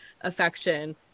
affection